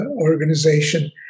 organization